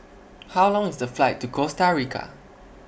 How Long IS The Flight to Costa Rica